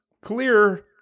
clear